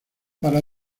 para